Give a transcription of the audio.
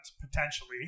potentially